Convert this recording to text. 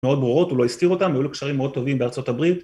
‫מאוד ברורות, הוא לא הסתיר אותן, ‫היו לו קשרים מאוד טובים בארה״ב.